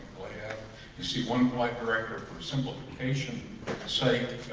yeah you see one flight director for simplification sake